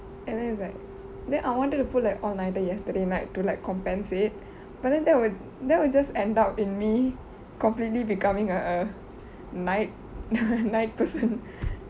and then it's like then I wanted to pull a all-nighter yesterday night to like compensate but then that would that would just end up in me completely becoming a a night night person